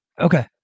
Okay